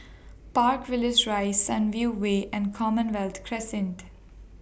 Park Villas Rise Sunview Way and Commonwealth Crescent